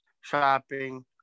shopping